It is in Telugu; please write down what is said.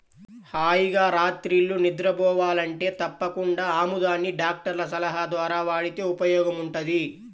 హాయిగా రాత్రిళ్ళు నిద్రబోవాలంటే తప్పకుండా ఆముదాన్ని డాక్టర్ల సలహా ద్వారా వాడితే ఉపయోగముంటది